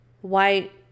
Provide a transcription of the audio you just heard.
white